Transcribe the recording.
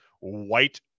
white